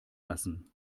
lassen